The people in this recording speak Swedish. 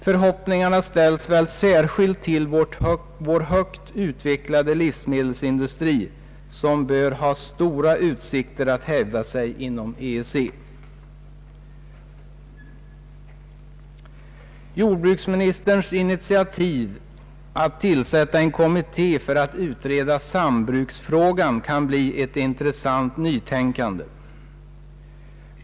Förhoppningarna ställs väl särskilt till vår högt utvecklade livsmedelsindustri som bör ha stora utsikter att hävda sig inom EEC. Jordbruksministerns initiativ att tillsätta en kommitté för att utreda sam bruksfrågan kan bli ett intressant nytänkande.